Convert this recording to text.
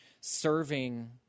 serving